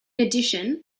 addition